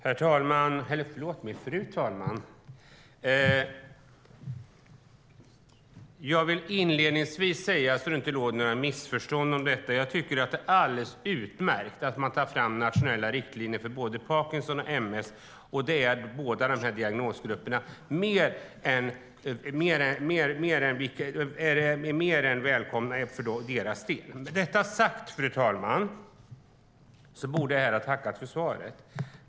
Fru talman! Jag vill inledningsvis säga, så att det inte råder några missförstånd om detta, att jag tycker att det är alldeles utmärkt att man tar fram nationella riktlinjer för både Parkinsons sjukdom och ms. Det är mer än välkommet för båda dessa diagnosgrupper. Med detta sagt, fru talman, borde jag här ha tackat för svaret.